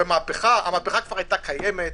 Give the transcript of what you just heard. המהפכה היתה קיימת,